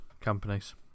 companies